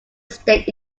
state